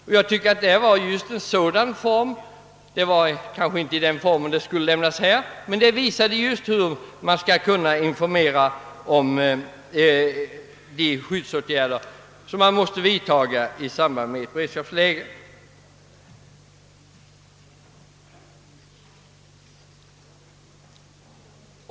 Det gav kanske inte just den information som vi nu diskuterar men det visade just hur man kan informera om de skyddsåtgärder som måste vidtas i ett beredskapsläge.